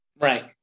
Right